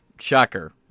shocker